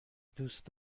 دوست